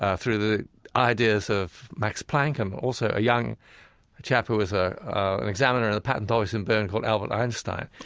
ah through the ideas of max planck and also a young chap, who was ah an examiner in a patent office in berne, called albert einstein,